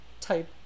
type